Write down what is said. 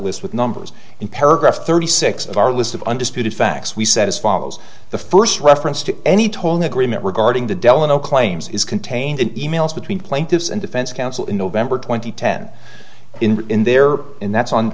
list with numbers in paragraph thirty six of our list of undisputed facts we set as follows the first reference to any tolling agreement regarding the delano claims is contained in e mails between plaintiffs and defense counsel in november twenty ten in there and that's on